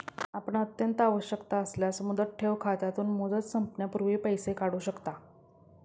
आपण अत्यंत आवश्यकता असल्यास मुदत ठेव खात्यातून, मुदत संपण्यापूर्वी पैसे काढू शकता